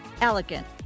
elegant